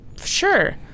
Sure